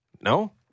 No